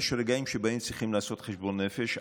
יש רגעים שבהם צריכים לעשות חשבון נפש.